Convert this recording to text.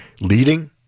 leading